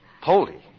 Poldy